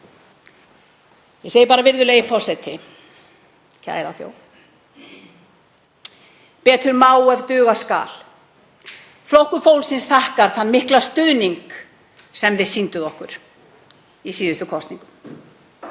Ég segi bara, virðulegi forseti: Kæra þjóð. Betur má ef duga skal. Flokkur fólksins þakkar þann mikla stuðning sem þið sýnduð okkur í síðustu kosningum.